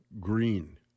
Green